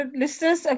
listeners